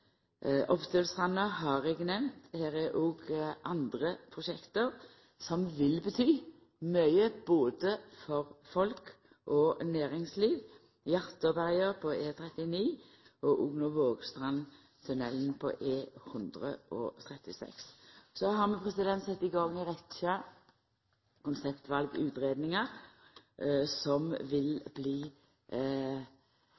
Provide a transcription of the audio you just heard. har eg nemnt. Her er det òg andre prosjekt som vil bety mykje både for folk og for næringsliv, Hjartåberga på E39 og òg Vågstrandtunnelen på E136. Så har vi sett i gang ei rekkje konseptvalutgreiingar som vil